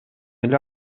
эле